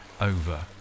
over